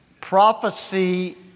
Prophecy